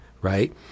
Right